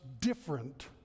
different